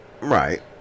right